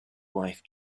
wife